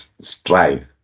strive